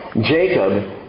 Jacob